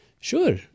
sure